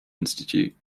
institute